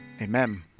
Amen